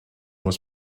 was